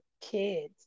kids